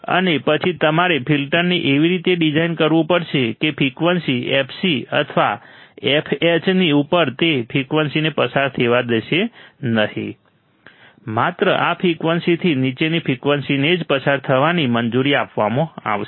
અને પછી તમારે ફિલ્ટરને એવી રીતે ડિઝાઇન કરવું પડશે કે ફ્રિકવન્સી fc અથવા fh ની ઉપર તે ફ્રિકવન્સીને પસાર થવા દેશે નહીં માત્ર આ ફ્રિકવન્સીથી નીચેની ફ્રિકવન્સીને જ પસાર થવાની મંજૂરી આપવામાં આવશે